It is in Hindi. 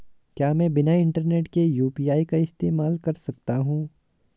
क्या मैं बिना इंटरनेट के यू.पी.आई का इस्तेमाल कर सकता हूं?